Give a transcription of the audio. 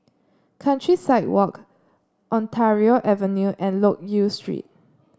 Countryside Walk Ontario Avenue and Loke Yew Street